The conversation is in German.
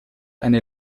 eine